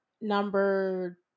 number